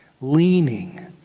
Leaning